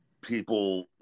people